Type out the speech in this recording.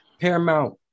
Paramount